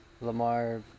Lamar